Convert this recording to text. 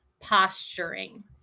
posturing